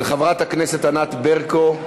של חברת הכנסת ענת ברקו.